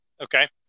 Okay